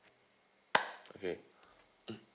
okay mm